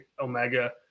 Omega